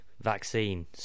vaccine